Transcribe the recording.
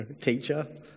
teacher